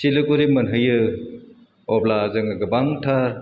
सिलिगुरि मोनहैयो अब्ला जोङो गोबांथार